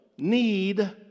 need